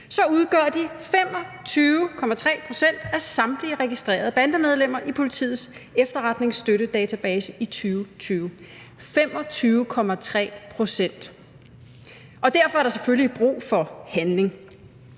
udgør de 25,3 pct. af samtlige registrerede bandemedlemmer i Politiets Efterforskningsstøtte Database i 2020 – 25,3 pct. Derfor er der selvfølgelig brug for handling.